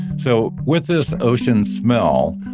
so with this ocean smell,